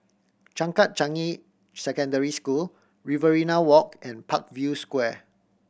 Changkat Changi Secondary School Riverina Walk and Parkview Square